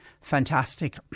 fantastic